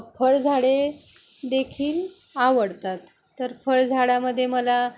फळझाडे देखील आवडतात तर फळझाडामध्ये मला